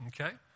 Okay